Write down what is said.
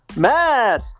mad